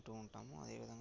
వింటూ ఉంటాము అదేవిధంగా